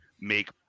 make